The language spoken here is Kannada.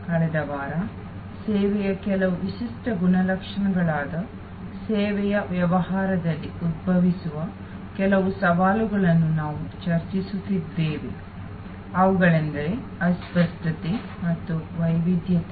ಕಳೆದ ವಾರ ಸೇವೆಯ ಕೆಲವು ವಿಶಿಷ್ಟ ಗುಣಲಕ್ಷಣಗಳಾದ ಸೇವೆಯ ವ್ಯವಹಾರದಲ್ಲಿ ಉದ್ಭವಿಸುವ ಕೆಲವು ಸವಾಲುಗಳನ್ನು ನಾವು ಚರ್ಚಿಸುತ್ತಿದ್ದೇವೆ ಅವುಗಳೆಂದರೆ ಅಸ್ಪಷ್ಟತೆ ಮತ್ತು ವೈವಿಧ್ಯತೆ